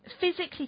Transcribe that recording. physically